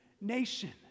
nation